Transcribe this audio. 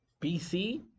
bc